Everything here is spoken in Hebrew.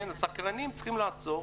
סקרנים צריכים לעצור,